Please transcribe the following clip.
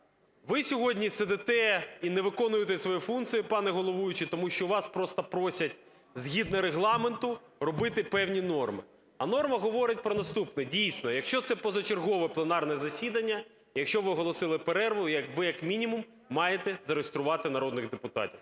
Ви сьогодні сидите і не виконуєте свої функції, пане головуючий, тому що вас просто просять згідно Регламенту робити певні норми. А норми говорять про наступне: дійсно, якщо це позачергове пленарне засідання, якщо ви оголосили перерву, ви як мінімум маєте зареєструвати народних депутатів.